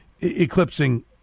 eclipsing